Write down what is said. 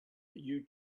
you